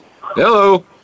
Hello